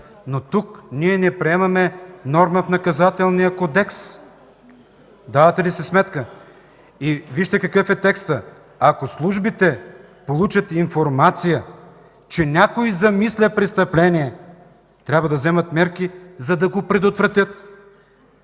Но тук ние не приемаме норма в Наказателния кодекс. Давате ли си сметка? Вижте какъв е текстът: „Ако службите получат информация, че някой замисля престъпление, трябва да вземат мерки, за да го предотвратят”.